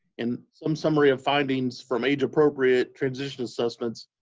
and some some area of findings from age-appropriate transition assessments,